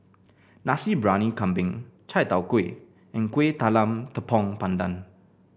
Nasi Briyani Kambing Chai Tow Kuay and Kuih Talam Tepong Pandan